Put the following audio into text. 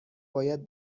باید